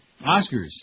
Oscars